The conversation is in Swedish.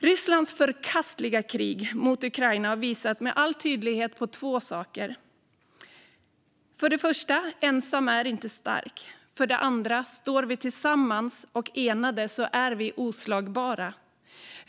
Rysslands förkastliga krig mot Ukraina har med all tydlighet visat på två saker: för det första att ensam inte är stark och för det andra att om vi står tillsammans och enade är vi oslagbara.